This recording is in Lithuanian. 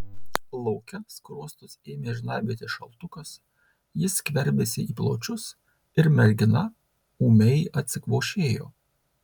lauke skruostus ėmė žnaibyti šaltukas jis skverbėsi į plaučius ir mergina ūmiai atsikvošėjo